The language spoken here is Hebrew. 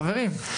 חברים.